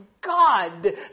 God